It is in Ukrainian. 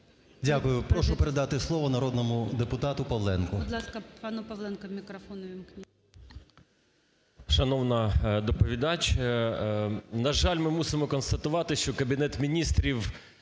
Дякую. Прошу передати слово народному депутату Павленку.